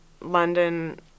London